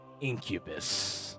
Incubus